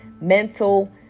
mental